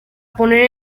poner